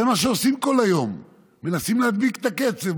זה מה שעושים כל היום, מנסים להדביק את הקצב.